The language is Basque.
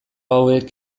hauek